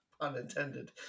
unintended